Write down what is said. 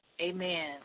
Amen